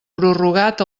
prorrogat